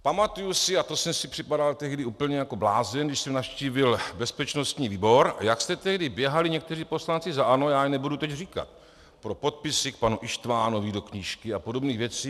Pamatuji si, a to jsem si připadal tehdy úplně jako blázen, když jsem navštívil bezpečnostní výbor, jak jste tehdy běhali někteří poslanci za ANO, já je nebudu teď říkat, pro podpisy k panu Ištvanovi do knížky a podobné věci.